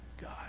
God